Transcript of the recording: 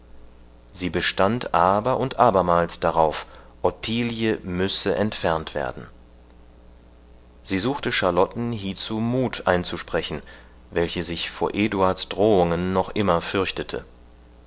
sie bestand aber und abermals darauf ottilie müsse entfernt werden sie suchte charlotten hiezu mut einzusprechen welche sich vor eduards drohungen noch immer fürchtete